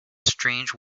strange